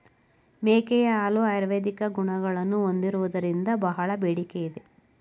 ಮೇಕೆಯ ಹಾಲು ಆಯುರ್ವೇದಿಕ್ ಗುಣಗಳನ್ನು ಹೊಂದಿರುವುದರಿಂದ ಬಹಳ ಬೇಡಿಕೆ ಇದೆ